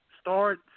start